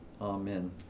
amen